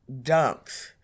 dunks